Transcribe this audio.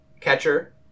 catcher